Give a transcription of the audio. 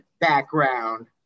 background